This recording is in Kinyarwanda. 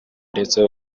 ndetse